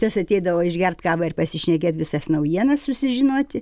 jos ateidavo išgert kavą ir pasišnekėt visas naujienas susižinoti